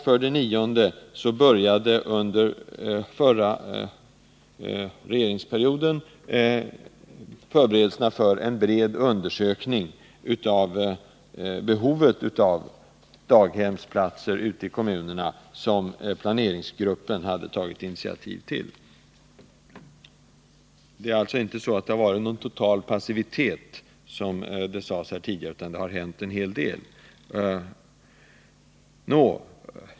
För det nionde, slutligen, påbörjades under den föregående regeringsperioden den förberedelse för en bred undersökning av behovet av daghemsplatser ute i kommunerna, som planeringsgruppen tog initiativ till. Det har alltså inte varit fråga om någon passivitet, som det sades här tidigare, utan det har hänt en hel del.